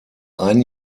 ein